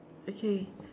okay